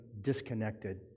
disconnected